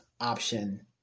option